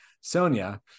sonia